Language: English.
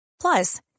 Plus